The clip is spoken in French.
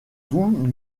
vous